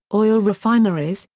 oil refineries,